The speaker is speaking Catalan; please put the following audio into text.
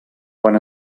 quan